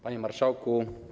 Panie Marszałku!